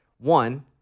one